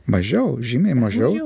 mažiau žymiai mažiau